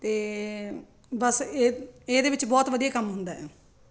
ਅਤੇ ਬਸ ਇਹ ਇਹਦੇ ਵਿੱਚ ਬਹੁਤ ਵਧੀਆ ਕੰਮ ਹੁੰਦਾ